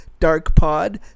DARKPOD